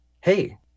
hey